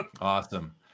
Awesome